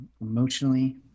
Emotionally